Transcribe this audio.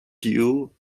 due